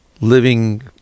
living